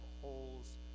holes